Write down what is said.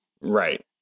Right